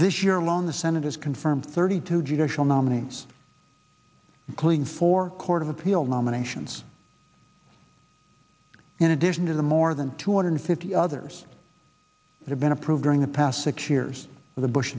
this year long the senate has confirmed thirty two judicial nominees clean for court of appeal nominations in addition to the more than two hundred fifty others that have been approved during the past six years of the bush